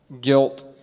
guilt